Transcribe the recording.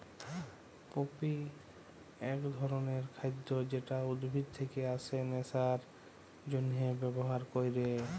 poppy এক ধরণের খাদ্য যেটা উদ্ভিদ থেকে আসে নেশার জন্হে ব্যবহার ক্যরে